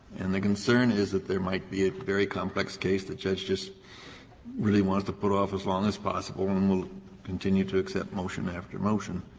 and the concern is that there might be a very complex case the judge just really wants to put off as long as possible and and will continue to accept motion after motion.